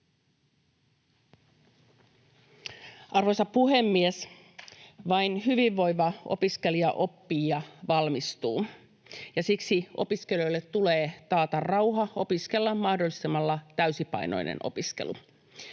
Arvoisa puhemies! Vain hyvinvoiva opiskelija oppii ja valmistuu, ja siksi opiskelijoille tulee taata rauha opiskella mahdollistamalla täysipainoinen opiskelu.